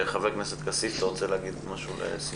חבר הכנסת כסיף, אתה רוצה להגיד משהו לסיכום?